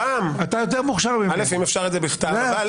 אם אפשר את זה בכתב.